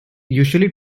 usually